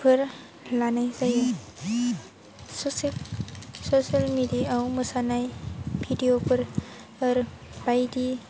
फोर लानाय जायो ससेल ससियेल मेडियायाव मोसानाय भिडिअफोर बायदि